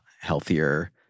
healthier